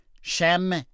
Shem